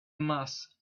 mass